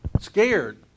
scared